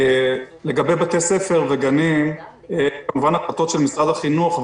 לגבי בתי ספר וגנים כמובן אלה החלטות של משרד החינוך,